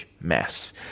mess